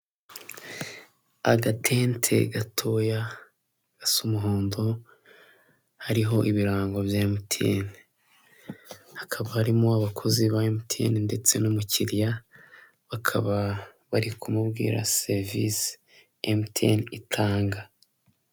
Ifishi iri ku rupapuro rw'umweru yanditse mu magambo y'umukara igaragaza ko imyirondoro yatanzwe ahakurikira ari iy'umukozi wizewe, imyirondoro harimo amazina aha agiye umukono, itariki n'icyemezo cyibyemeza.